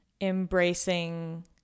embracing